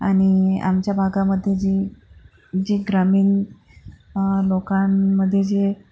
आणि आमच्या भागामध्ये जी जे ग्रामीण लोकांमध्ये जे